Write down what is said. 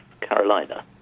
Carolina